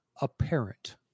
apparent